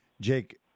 Jake